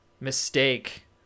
mistake